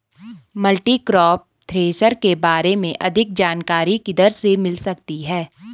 Multicrop thresher के बारे में अधिक जानकारी किधर से मिल सकती है?